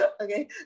okay